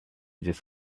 just